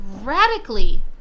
radically